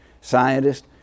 scientist